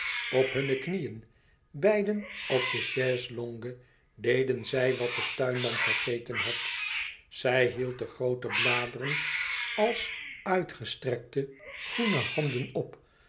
op hunne knieën beiden op de chaise-longue deden zij wat de tuinman vergeten had zij hield de groote bladeren als uitgestrekte groene handen op